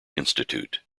institute